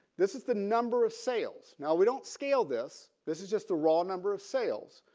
this is the number of sales. now we don't scale this. this is just the raw number of sales.